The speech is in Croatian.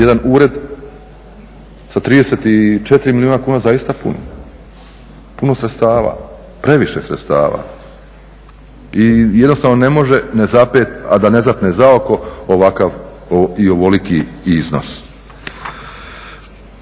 jedan ured sa 34 milijuna kuna zaista puno. Puno sredstava, previše sredstava. I jednostavno ne može ne zapet, a da ne zapne za oko ovakav i ovoliki iznos.